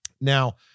now